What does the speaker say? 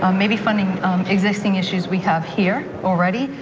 um maybe funding existing issues we have here already,